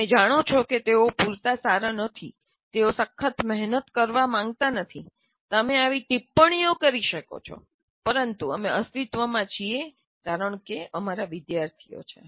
તમે જાણો છો કે તેઓ પૂરતા સારા નથી તેઓ સખત મહેનત કરવા માંગતા નથી તમે આવી ટિપ્પણીઓ કરી શકો છો પરંતુ અમે અસ્તિત્વમાં છીએ કારણકે તે અમારા વિદ્યાર્થીઓ છે